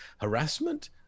Harassment